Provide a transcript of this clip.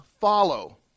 follow